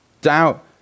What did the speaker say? Doubt